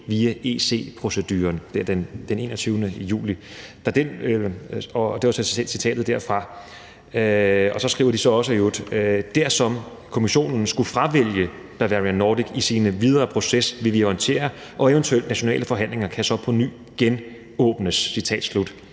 via EC-proceduren. Det er der den 21. juli, og det var citatet derfra. Så skriver de i øvrigt også: Dersom Kommissionen skulle fravælge Bavarian Nordic i sin videre proces, vil vi orientere jer, og eventuelt nationale forhandlinger kan så på ny genåbnes. Det skete